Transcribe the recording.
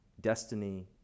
destiny